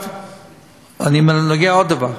אני נוגע בעוד דבר,